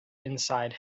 inside